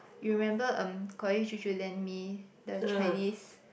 you remember um Collin used to lend me the Chinese